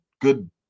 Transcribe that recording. good